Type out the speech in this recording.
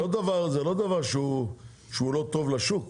זה לא דבר שהוא לא טוב לשוק.